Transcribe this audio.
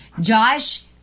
Josh